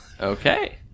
Okay